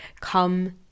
come